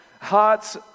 hearts